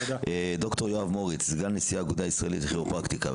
ד"ר יואב מוריץ סגן נשיא האגודה הישראלית לכירופרקטיקה.